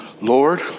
Lord